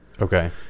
Okay